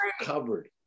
covered